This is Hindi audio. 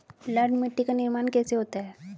लाल मिट्टी का निर्माण कैसे होता है?